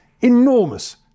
enormous